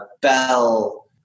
Bell